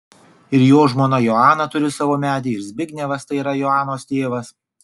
ir jo žmona joana turi savo medį ir zbignevas tai yra joanos tėvas